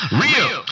real